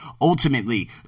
ultimately